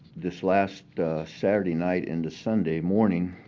this last saturday night into sunday morning,